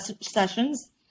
sessions